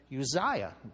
Uzziah